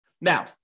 Now